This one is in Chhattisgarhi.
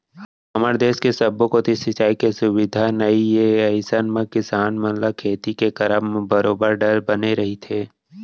हमर देस के सब्बो कोती सिंचाई के सुबिधा नइ ए अइसन म किसान मन ल खेती के करब म बरोबर डर बने रहिथे